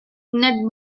knut